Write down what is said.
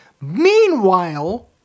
Meanwhile